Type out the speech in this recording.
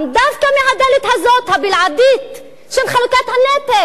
דווקא מהדלת הזאת, הבלעדית, של חלוקת הנטל.